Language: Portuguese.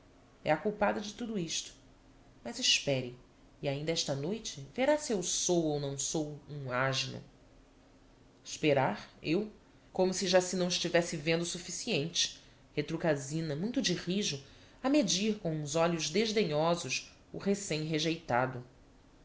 é a culpada de tudo isto mas espere e ainda esta noite verá se eu sou ou não sou um asno esperar eu como se já se não estivesse vendo o sufficiente retruca a zina muito de rijo a medir com uns olhos desdenhosos o